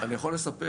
אני יכול לספר,